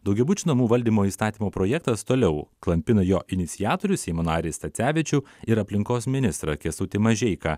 daugiabučių namų valdymo įstatymo projektas toliau klampina jo iniciatorius seimo narį stacevičių ir aplinkos ministrą kęstutį mažeiką